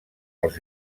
els